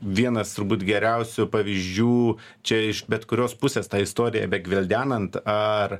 vienas turbūt geriausių pavyzdžių čia iš bet kurios pusės tą istoriją begvildenant ar